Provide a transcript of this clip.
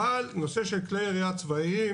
אבל נושא של כלי ירייה צבאיים,